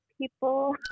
people